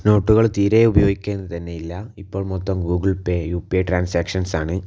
നോട്ടുകള് തീരെ ഉപയോഗിക്കുന്നു തന്നെയില്ല ഇപ്പൊൾ മൊത്തം Google Pay U P I ട്രാൻസാക്ഷൻസാണ്